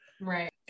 Right